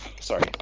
Sorry